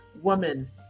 woman